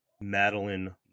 Madeline